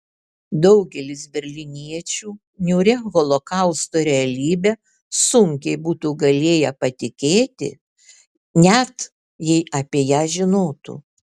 daugelis berlyniečių niūria holokausto realybe sunkiai būtų galėję patikėti net jei apie ją žinotų